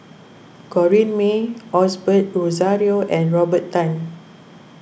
Corrinne May Osbert Rozario and Robert Tan